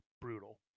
brutal